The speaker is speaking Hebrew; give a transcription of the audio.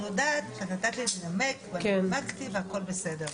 אני יודעת שאת נתת לי לנמק ואני נימקתי והכל בסדר,